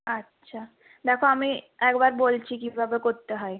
আচ্ছা দেখো আমি একবার বলছি কীভাবে করতে হয়